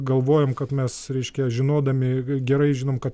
galvojom kad mes reiškia žinodami gerai žinom kad